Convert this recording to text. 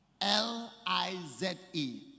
L-I-Z-E